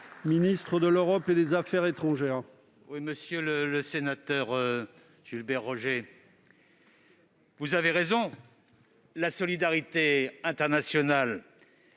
ministre de l'Europe et des affaires étrangères. Monsieur le sénateur Gilbert Roger, vous avez raison, la solidarité internationale